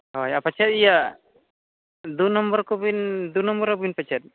ᱦᱳᱭ ᱯᱟᱪᱷᱮ ᱤᱭᱟᱹ ᱫᱩ ᱱᱚᱢᱵᱚᱨᱠᱚᱵᱤᱱ ᱫᱩ ᱱᱚᱢᱵᱚᱨᱟᱵᱤᱱ ᱯᱟᱪᱮᱫ